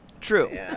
True